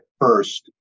first